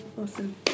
Awesome